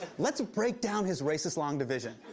let's break down his racist long division.